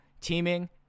teaming